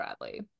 Bradley